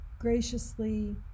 graciously